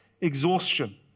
exhaustion